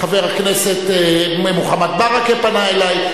חבר הכנסת מוחמד ברכה פנה אלי,